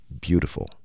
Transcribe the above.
beautiful